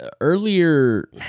earlier